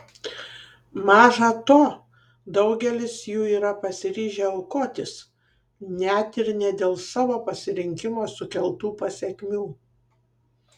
maža to daugelis jų yra pasiryžę aukotis net ir ne dėl savo pasirinkimo sukeltų pasekmių